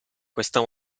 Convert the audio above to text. questo